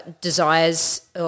desires